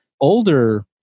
older